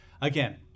again